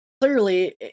clearly